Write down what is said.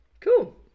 cool